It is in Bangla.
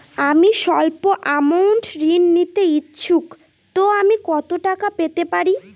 আমি সল্প আমৌন্ট ঋণ নিতে ইচ্ছুক তো আমি কত টাকা পেতে পারি?